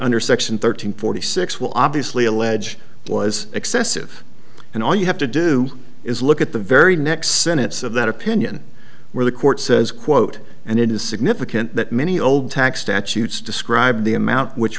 under section thirteen forty six will obviously allege was excessive and all you have to do is look at the very next sentence of that opinion where the court says quote and it is significant that many old tax statutes describe the amount which